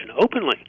openly